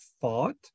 thought